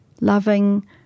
Loving